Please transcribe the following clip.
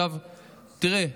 תראה,